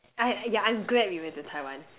I yeah I'm glad we went to Taiwan